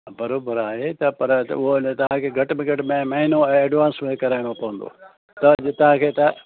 बराबरि आहे त पर उहो न तव्हांखे घटि में घटि म महीनो ए एडवांस में कराइणो पवंदो त ज तव्हांखे त